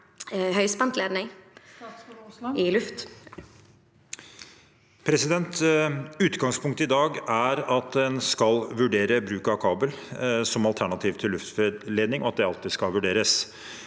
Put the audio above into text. Utgangspunktet i dag er at en skal vurdere bruk av kabel som alternativ til luftledning, og at det alltid skal vurderes.